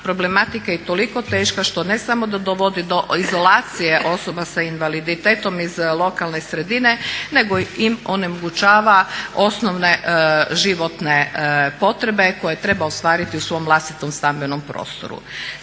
Problematika je toliko teška što ne samo da dovodi do izolacije osoba sa invaliditetom iz lokalne sredine nego im onemogućava osnovne životne potrebe koje treba ostvariti u svom vlastitom stambenom prostoru.